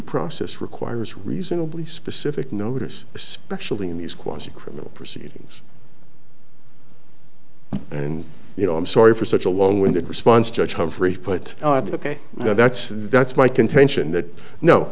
process requires reasonably specific notice especially in these quasi criminal proceedings and you know i'm sorry for such a long winded response judge humphrey put you know that's that's my contention